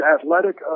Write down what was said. athletic